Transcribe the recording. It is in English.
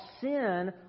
sin